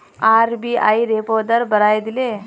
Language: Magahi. आर.बी.आई रेपो दर बढ़ाए दिले